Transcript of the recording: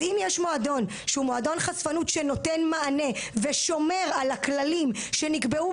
אז אם יש מועדון שהוא מועדון חשפנות שנותן מענה ושומר על הכללים שנקבעו